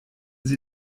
sie